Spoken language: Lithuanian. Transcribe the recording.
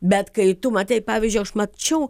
bet kai tu matei pavyzdžiui aš mačiau